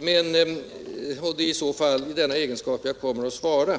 det är i så fall i den egenskapen jag kommer att svara.